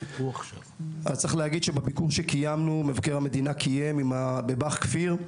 בביקור שמבקר המדינה קיים בבא"ח כפיר,